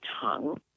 tongue